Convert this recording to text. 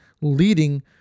leading